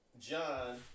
John